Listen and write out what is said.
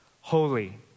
holy